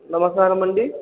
నమస్కారమండీ